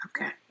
Okay